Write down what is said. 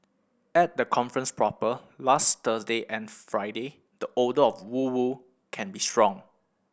at the conference proper last Thursday and Friday the odour of woo woo can be strong